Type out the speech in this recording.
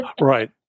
Right